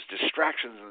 distractions